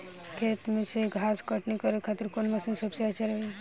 खेत से घास कटनी करे खातिर कौन मशीन सबसे अच्छा रही?